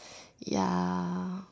ya